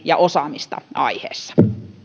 ja osaamista aiheessa